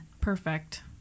Perfect